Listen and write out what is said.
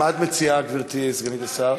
מה את מציעה, גברתי סגנית השר?